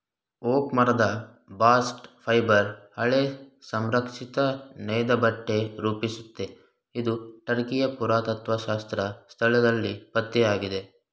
oak ಮರದ bast fibre ಹಳೆ ಸಂರಕ್ಷಿತ ನೇಯ್ದಬಟ್ಟೆ ರೂಪಿಸುತ್ತೆ ಇದು ಟರ್ಕಿಯ ಪುರಾತತ್ತ್ವಶಾಸ್ತ್ರ ಸ್ಥಳದಲ್ಲಿ ಪತ್ತೆಯಾಗಿದೆ